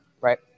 Right